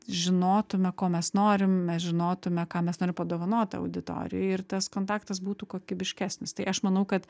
žinotume ko mes norim mes žinotume ką mes norim padovanot auditorijai ir tas kontaktas būtų kokybiškesnis tai aš manau kad